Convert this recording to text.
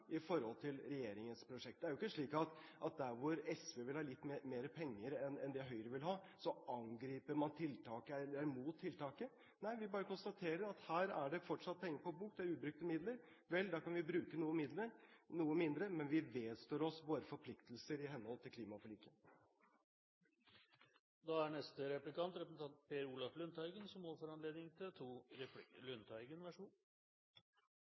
i forhold til regjeringens budsjett. Det er ikke slik at der hvor SV vil ha litt mer penger enn Høyre vil, angriper man, eller er imot, tiltaket. Nei, vi bare konstaterer at her er det fortsatt penger på bok, det er ubrukte midler – vel, da kan vi bruke noe mindre. Men vi vedstår oss våre forpliktelser i henhold til klimaforliket. Høyre har fokus på konkurransekraften i næringslivet, og det er viktig. Norges konkurransekraft i en tid med mye penger er krevende – det er bare forbokstaven. Mange internasjonale erfaringer viser at land og